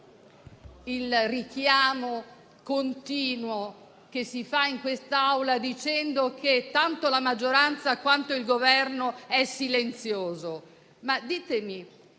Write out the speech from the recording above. il richiamo continuo che si fa in quest'Aula, dicendo che tanto la maggioranza quanto il Governo sono silenziosi.